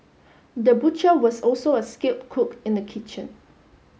the butcher was also a skilled cook in the kitchen